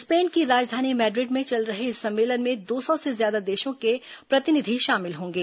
Spain की राजधानी Madrid में चल रहे इस सम्मेलन में दो सौ से ज्यादा देशों के प्रतिनिधि शामिल होंगे